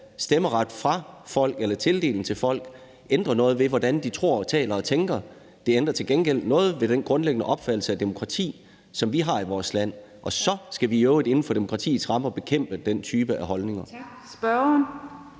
stemmeret fra folk eller tildele den til folk, ændrer noget ved, hvordan de tror, taler og tænker. Det ændrer til gengæld noget ved den grundlæggende opfattelse af demokrati, som vi har i vores land. Og så skal vi i øvrigt inden for demokratiets rammer bekæmpe den type af holdninger.